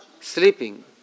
sleeping